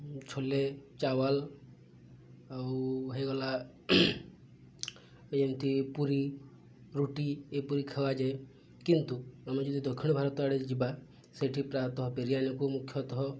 ଛୋଲେ ଚାୱଲ ଆଉ ହେଇଗଲା ଏମିତି ପୁରୀ ରୁଟି ଏପରି ଖିଆଯାଏ କିନ୍ତୁ ଆମେ ଯଦି ଦକ୍ଷିଣ ଭାରତ ଆଡ଼େ ଯିବା ସେଠି ପ୍ରାୟତଃ ବିରିୟାନୀକୁ ମୁଖ୍ୟତଃ